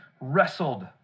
wrestled